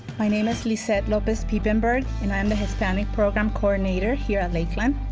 my name is lissette lopez piepenburg and i'm the hispanic program coordinator here at lakeland.